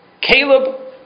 Caleb